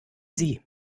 sie